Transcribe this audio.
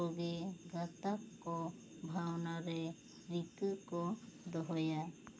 ᱠᱚᱜᱮ ᱜᱟᱛᱟᱠ ᱠᱚ ᱵᱷᱟᱣᱱᱟ ᱨᱮ ᱨᱤᱠᱟᱹ ᱠᱚ ᱫᱚᱦᱚᱭᱟ